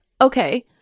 Okay